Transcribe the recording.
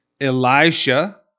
Elisha